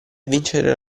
vincere